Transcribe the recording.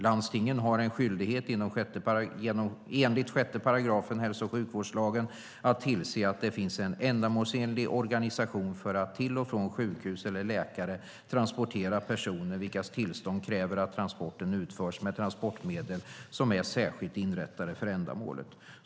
Landstingen har en skyldighet enligt 6 § hälso och sjukvårdslagen att tillse att det finns en ändamålsenlig organisation för att till och från sjukhus eller läkare transportera personer vilkas tillstånd kräver att transporten utförs med transportmedel som är särskilt inrättade för ändamålet.